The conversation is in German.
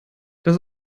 das